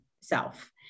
self